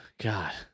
God